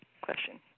question